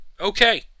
Okay